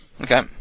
Okay